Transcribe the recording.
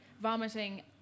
vomiting